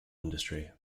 industry